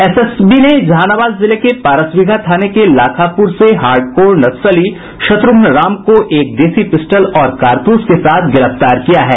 SSB ने जहानाबाद जिले के पारसबिगहा थाने के लाखापुर से हार्डकोर नक्सली शत्रुघ्न राम को एक देसी पिस्टल और कारतूस के साथ गिरफ्तार किया है